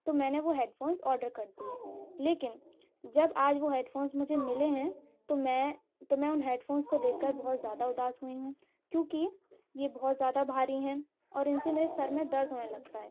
تو میں نے وہ ہیڈ فونس آرڈر کر دیے لیکن جب آج وہ ہیڈ فونس مجھے ملے ہیں تو میں تو میں ان ہیڈ فونس کو دیکھ کر بہت زیادہ اداس ہوئی ہوں کیوں کہ یہ بہت زیادہ بھاری ہیں اور ان سے میرے سر میں درد ہونے لگتا ہے